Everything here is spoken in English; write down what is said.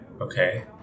Okay